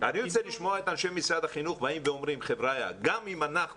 אני רוצה לשמוע את אנשי משרד החינוך אומרים: גם אם אנחנו